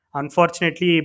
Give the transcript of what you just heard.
unfortunately